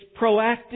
proactive